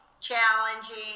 challenging